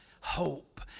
hope